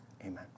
amen